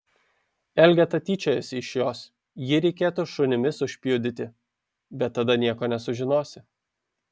elgeta tyčiojasi iš jos jį reikėtų šunimis užpjudyti bet tada nieko nesužinosi